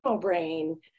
brain